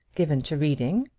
given to reading,